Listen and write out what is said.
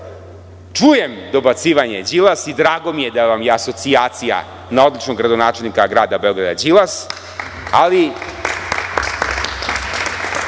čujem dobacivanje „Đilas“ i drago mi je da vam je asocijacija na običnog gradonačelnika grada Beograda - Đilas, ali